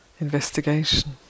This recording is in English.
investigation